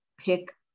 pick